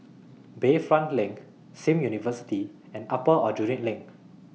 Bayfront LINK SIM University and Upper Aljunied LINK